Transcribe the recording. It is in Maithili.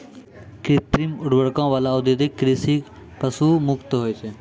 कृत्रिम उर्वरको वाला औद्योगिक कृषि पशु मुक्त होय छै